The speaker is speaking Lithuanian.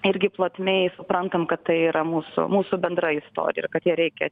irgi plotmėj suprantam kad tai yra mūsų mūsų bendra istorija ir kad ją reikia